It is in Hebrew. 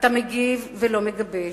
אתה מגיב ולא מגבש,